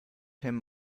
him